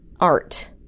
art